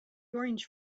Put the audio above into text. orange